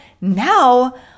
now